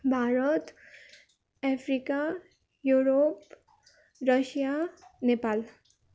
Bharat Africa Europe Russia Nepal